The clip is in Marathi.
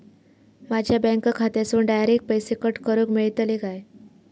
माझ्या बँक खात्यासून डायरेक्ट पैसे कट करूक मेलतले काय?